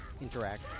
interact